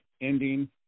ending